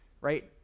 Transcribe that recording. right